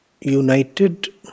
united